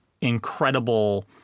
incredible